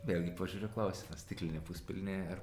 vėlgi požiūrio klausimas stiklinė puspilnė ar